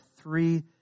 three